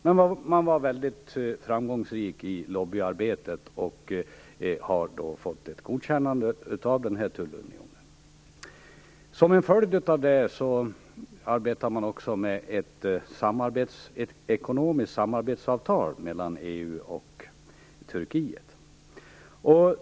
Men man bedrev ett mycket framgångsrikt lobbyarbete och lyckades få ett godkännande av tullunionen. Som en följd av detta arbetar man också med ett ekonomiskt samarbetsavtal mellan EU och Turkiet.